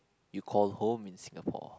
you call home in Singapore